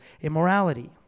immorality